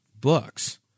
books